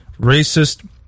racist